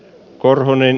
korhonen